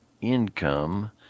income